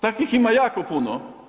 Takvih imam jako puno.